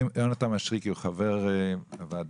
יונתן מישרקי, בבקשה.